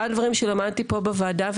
אחד הדברים שלמדתי פה בוועדה,